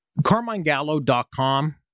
CarmineGallo.com